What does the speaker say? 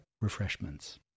Refreshments